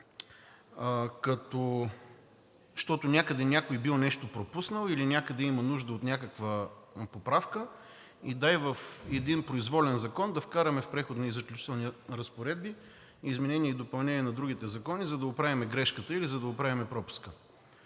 защото някъде някой бил нещо пропуснал или някъде има нужда от някаква поправка, и дай в един произволен закон да вкараме в Преходните и заключителните разпоредби изменение и допълнение на другите закони, за да оправим грешката или за да оправим пропуска.